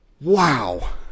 Wow